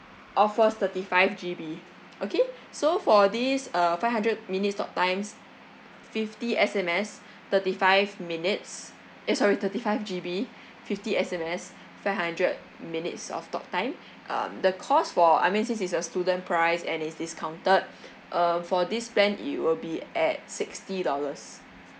offers thirty five G_B okay so for this uh five hundred minutes talk times fifty S_M_S thirty five minutes eh sorry thirty five G_B fifty S_M_S five hundred minutes of talk time um the cost for I mean since it's a student price and is discounted um for this plan it will be at sixty dollars